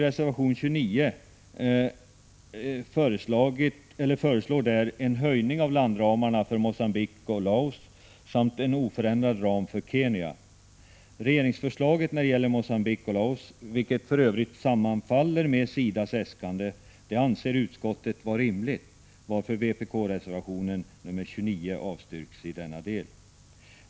Regeringens förslag när det gäller Mogambique och Laos — vilket för övrigt sammanfaller med SIDA:s äskande — anser utskottet vara rimligt, varför vpk-reservationen nr 29 avstyrks i denna del.